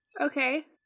Okay